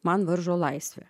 man varžo laisvę